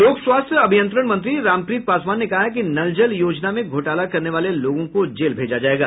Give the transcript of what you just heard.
लोक स्वास्थ्य अभियंत्रण मंत्री रामप्रीत पासवान ने कहा है कि नल जल योजना में घोटाला करने वाले लोगों को जेल भेजा जायेगा